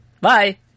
Bye